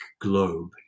globe